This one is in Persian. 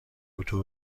اتو